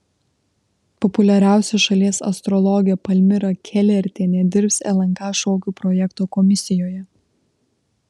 populiariausia šalies astrologė palmira kelertienė dirbs lnk šokių projekto komisijoje